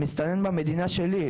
המסתנן במדינה שלי,